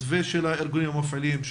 מתווה של הארגונים המפעילים,